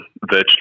virtually